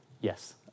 yes